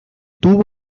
tuvo